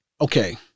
Okay